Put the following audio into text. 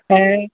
ऐं